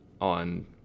on